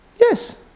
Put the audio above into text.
yes